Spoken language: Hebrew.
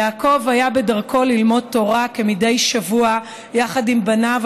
יעקב היה בדרכו ללמוד תורה יחד עם בניו